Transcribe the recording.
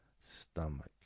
stomach